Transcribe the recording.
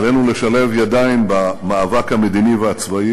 עלינו לשלב ידיים במאבק המדיני והצבאי,